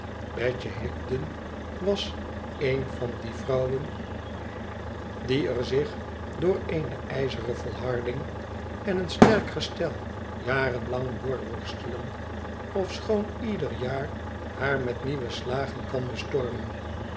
betje higden was een van die vrouwen die er zich door eene ijzeren volharding en een sterk gestel jaren lang doorworstelen ofschoon ieder jaar haar met nieuwe slagen kan bestormen